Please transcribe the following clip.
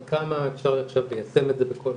עד כמה אפשר ליישם את זה בכל